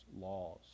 laws